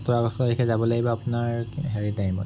সোতৰ আগষ্ট তাৰিখে যাব লাগিব আপোনাৰ হেৰি টাইমত